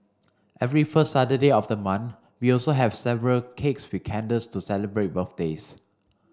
every first Saturday of the month we also have several cakes with candles to celebrate birthdays